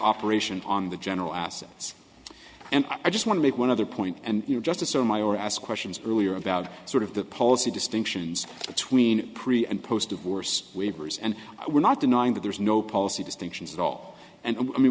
operations on the general assets and i just want to make one other point and justice or my or ask questions earlier about sort of the policy distinctions between pre and post divorce waivers and we're not denying that there is no policy distinctions at all and i mean